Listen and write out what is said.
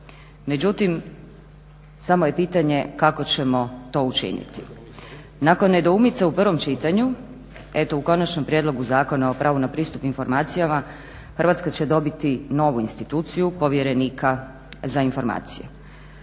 Međutim, samo je pitanje kako ćemo to učiniti. Nakon nedoumice u prvom čitanju eto u konačnom prijedlogu Zakona o pravu na pristup informacijama Hrvatska će dobiti novu instituciju povjerenika za informacije.